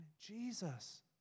Jesus